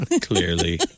Clearly